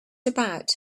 about